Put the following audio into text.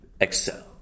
excel